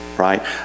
Right